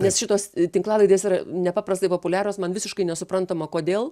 nes šitos tinklalaidės yra nepaprastai populiarios man visiškai nesuprantama kodėl